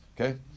Okay